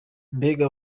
mbega